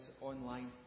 online